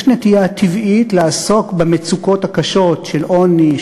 יש נטייה טבעית לעסוק במצוקות הקשות של עוני,